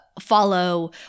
follow